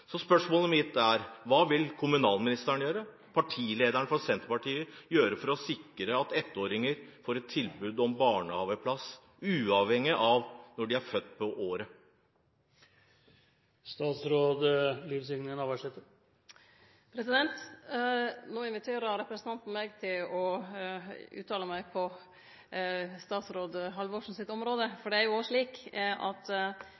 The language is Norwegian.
Så spørsmålet mitt er: Hva vil kommunalministeren – partilederen i Senterpartiet – gjøre for å sikre at ettåringer får et tilbud om barnehageplass, uavhengig av når på året de er født? Representanten inviterer meg til å uttale meg på statsråd Halvorsens område, for det er kunnskapsministeren som har finansieringsansvaret for sitt område,